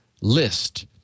list